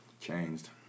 changed